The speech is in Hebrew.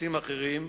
חפצים אחרים,